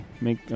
Make